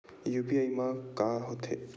UPI मा का होथे?